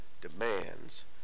demands